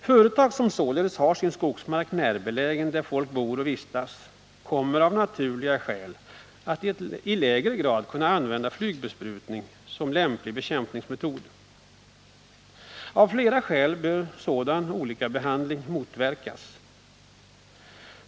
Företag som således har sin skogsmark belägen nära platser där folk bor och vistas kommer av naturliga skäl att i lägre grad kunna använda flygbesprutning som lämpligt bekämpningsmedel. Av flera skäl bör sådan olika behandling motverkas.